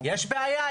יש בעיה,